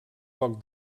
poc